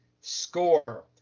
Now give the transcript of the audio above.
score